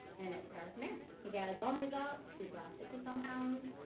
and it started from there. he got his own results, he's lost sixty some pounds,